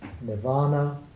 Nirvana